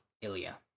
Ilya